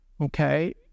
okay